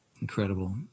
incredible